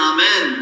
Amen